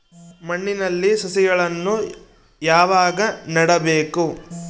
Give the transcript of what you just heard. ಮಣ್ಣಿನಲ್ಲಿ ಸಸಿಗಳನ್ನು ಯಾವಾಗ ನೆಡಬೇಕು?